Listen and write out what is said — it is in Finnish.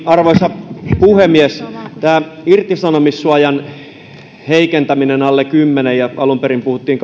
arvoisa puhemies tämä irtisanomissuojan heikentäminen alle kymmenen hengen ja alun perin puhuttiin